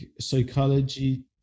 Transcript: psychology